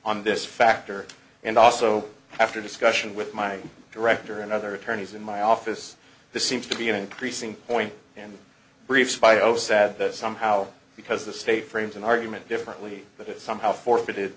on this factor and also after discussion with my director and other attorneys in my office this seems to be an increasing point in brief bio sad that somehow because the state frames an argument differently that is somehow forfeited